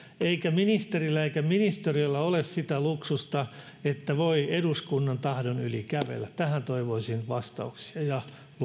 eikä ministerillä eikä ministeriöllä ole sitä luksusta että voi eduskunnan tahdon yli kävellä tähän toivoisin vastauksia